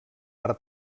per